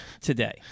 Today